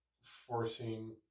forcing